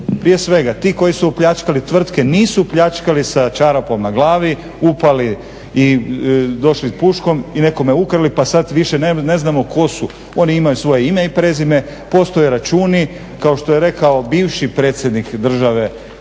Prije svega ti koji su opljačkali tvrtke nisu pljačkali sa čarapom na glavi, upali i došli s puškom i nekome ukrali pa sad više ne znamo tko su. Oni imaju svoje ime i prezime, postoje računi, kao što je rekao bivši predsjednik države